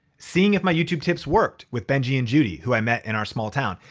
seeing if my youtube tips worked with benji and judy who i met in our small town.